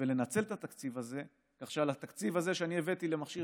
ולנצל את התקציב הזה כך שעל התקציב הזה שאני הבאתי למכשיר